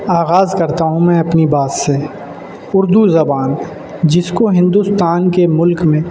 آغاز کرتا ہوں میں اپنی بات سے اردو زبان جس کو ہندوستان کے ملک میں